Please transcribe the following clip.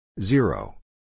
zero